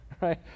right